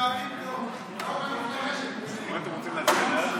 אנחנו יודעים את התשובות.